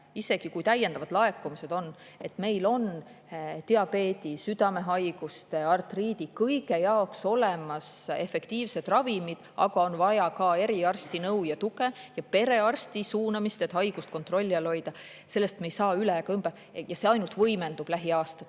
isegi kui on täiendavaid laekumisi, et meil on diabeedi, südamehaiguste, artriidi ja kõige muu jaoks olemas efektiivsed ravimid, aga on vaja ka eriarsti nõu ja tuge ning perearsti suunamist, et haigust kontrolli all hoida, me ei saa üle ega ümber. Ja see ainult võimendub lähiaastatel.